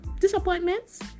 disappointments